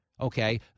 okay